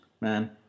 man